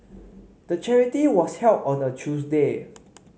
the charity was held on a Tuesday